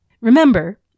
Remember